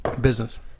Business